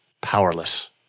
powerless